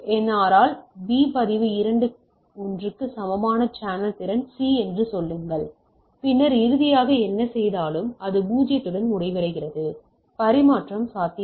ஆரால் B பதிவு 2 1 க்கு சமமான சேனல் திறன் C என்று சொல்லுங்கள் பின்னர் இறுதியாக என்ன செய்தாலும் அது 0 உடன் முடிவடைகிறது பரிமாற்றம் சாத்தியமில்லை